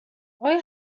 آیا